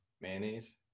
mayonnaise